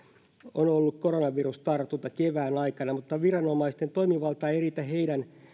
on ollut koronavirustartunta kevään aikana mutta viranomaisten toimivalta ei riitä heidän